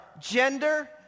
gender